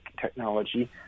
technology